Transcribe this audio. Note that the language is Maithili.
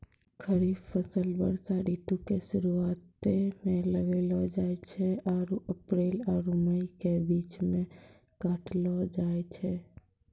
खरीफ फसल वर्षा ऋतु के शुरुआते मे लगैलो जाय छै आरु अप्रैल आरु मई के बीच मे काटलो जाय छै